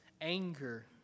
anger